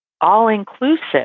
all-inclusive